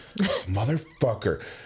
motherfucker